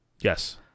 Yes